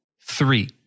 three